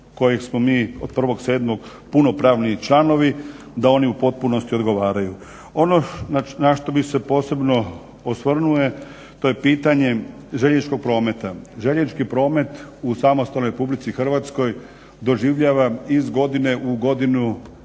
kojih smo mi od 1.7.punopravni članovi da oni u potpunosti odgovaraju. Ono na što bih se posebno osvrnuo to je pitanje željezničkog prometa. Željeznički promet u samostalnoj RH doživljava iz godine u godinu